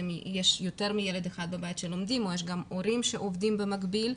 אם יש יותר מילד אחד בבית שלומד ויש גם הורים שעובדים במקביל.